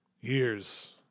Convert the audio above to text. years